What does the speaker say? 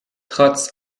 trotz